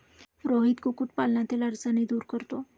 रोहित कुक्कुटपालनातील अडचणी दूर करतो